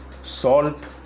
salt